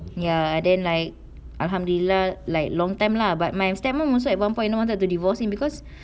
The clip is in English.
ya then like alhamdulillah like long time lah but my step mum also at one point wanted to divorce him because